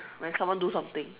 when someone do something